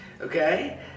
okay